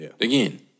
Again